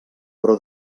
però